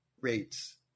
rates